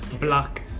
Black